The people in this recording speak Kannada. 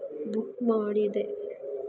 ಬುಕ್ ಮಾಡಿದೆ